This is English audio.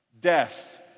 death